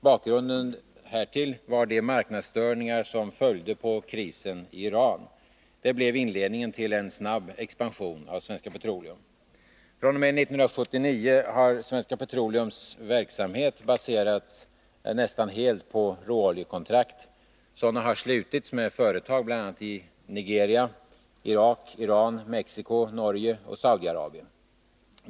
Bakgrunden härtill var de marknadsstörningar som följde på krisen i Iran. Detta blev inledningen till en snabb expansion av Svenska Petroleum. fr.o.m. 1979 har Svenska Petroleums verksamhet baserats nästan helt på råoljekontrakt. Sådana har slutits med företag bl.a. i Nigeria, Irak, Iran, Mexico, Norge och Saudiarabien.